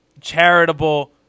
charitable